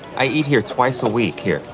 i eat here twice a week here.